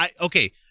Okay